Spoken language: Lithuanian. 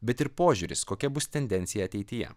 bet ir požiūris kokia bus tendencija ateityje